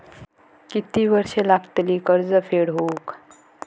किती वर्षे लागतली कर्ज फेड होऊक?